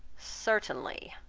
certainly,